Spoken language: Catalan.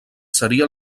seria